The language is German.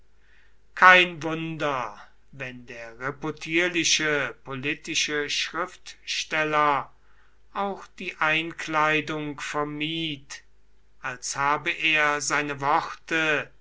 kein wunder wenn der reputierliche politische schriftsteller auch die einkleidung vermied als habe er seine worte